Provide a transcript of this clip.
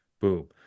boom